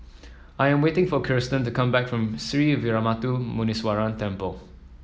I am waiting for Kirstin to come back from Sree Veeramuthu Muneeswaran Temple